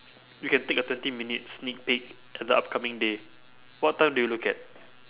you can take a twenty minutes sneak peek at the upcoming day what time do you look at